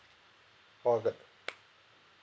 or the